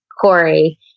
Corey